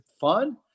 fun